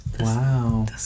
Wow